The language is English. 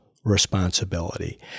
Responsibility